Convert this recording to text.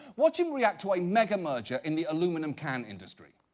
watch him react to a mega merger in the aluminum can industry.